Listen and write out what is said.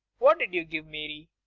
what did you give mary?